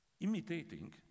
imitating